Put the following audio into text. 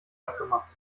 abgemacht